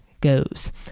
goes